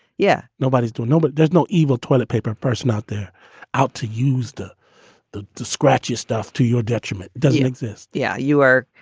yeah nobody's doing. nobody does. no evil toilet paper person out there out to use the the scratchy stuff to your detriment. doesn't exist yeah, you are.